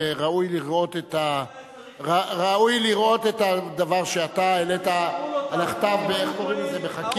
וראוי לראות את הדבר שאתה העלית על הכתב ב"חכימא".